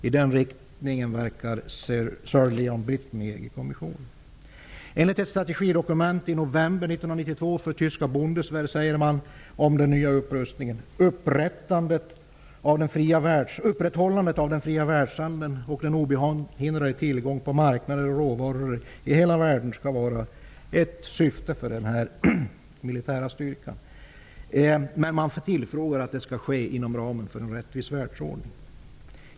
I den riktningen verkar Enligt ett strategidokument, för tyska Bundeswelt, från november 1992, säger man om den nya upprustningen, att upprätthållandet av den fria världshandeln och tillgången på marknader och råvaror i hela världen skall vara ett mål för denna militära styrka. Men man tillfogar att det skall ske inom ramen för en rättvis världsordning.